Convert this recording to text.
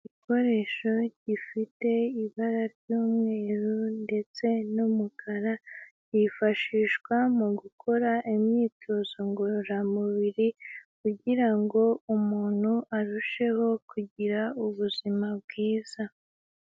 Igikoresho gifite ibara ry'umweru ndetse n'umukara, yifashishwa mu gukora imyitozo ngororamubiri, kugira ngo umuntu arusheho kugira ubuzima bwiza.